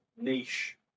niche